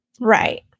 Right